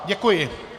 Děkuji.